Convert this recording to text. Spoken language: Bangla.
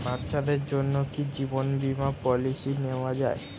বাচ্চাদের জন্য কি জীবন বীমা পলিসি নেওয়া যায়?